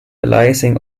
aliasing